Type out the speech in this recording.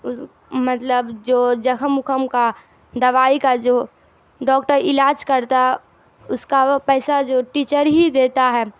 اس مطلب جو زخم اخم کا دوائی کا جو ڈاکٹر علاج کرتا اس کا وہ پیسہ جو ٹیچر ہی دیتا ہے